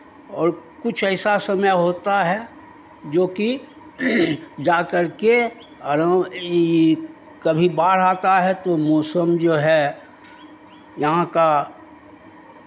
और कुछ ऐसा समय होता है जोकि जाकर के और ये कभी बाढ़ आता है तो मौसम जो है यहाँ का